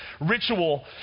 ritual